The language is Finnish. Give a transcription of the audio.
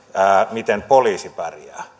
miten poliisi pärjää